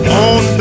on